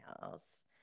house